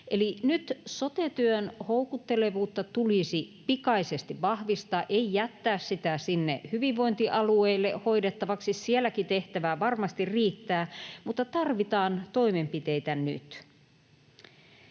vuoksi. Sote-työn houkuttelevuutta tulisi nyt pikaisesti vahvistaa, ei jättää sitä sinne hyvinvointialueille hoidettavaksi. Sielläkin tehtävää varmasti riittää, mutta tarvitaan toimenpiteitä nyt.